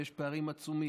ויש פערים עצומים,